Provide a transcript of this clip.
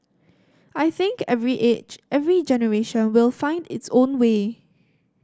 I think every age every generation will find its own way